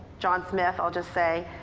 john smith, i'll just say.